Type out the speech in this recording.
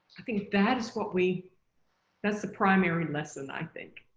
i think that is what we that is the primary lesson i think.